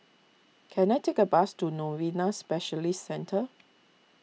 can I take a bus to Novena Specialist Centre